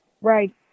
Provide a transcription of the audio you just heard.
Right